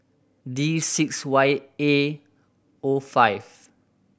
D six Y A O five